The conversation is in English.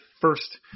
first –